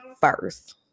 first